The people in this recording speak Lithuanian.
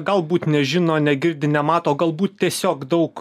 galbūt nežino negirdi nemato galbūt tiesiog daug